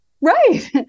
Right